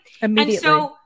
Immediately